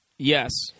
Yes